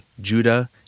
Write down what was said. Judah